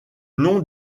nom